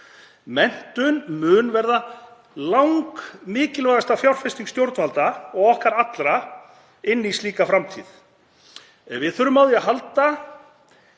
Menntun verður langmikilvægasta fjárfesting stjórnvalda og okkar allra inn í slíka framtíð. Við þurfum á því að halda